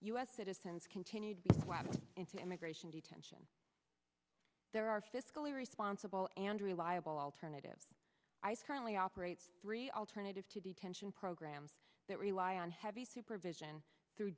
citizens continue to be swept into immigration detention there are fiscally responsible and reliable alternatives ice currently operates three alternative to detention programs that rely on heavy supervision through